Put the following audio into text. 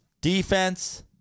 defense